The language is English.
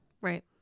Right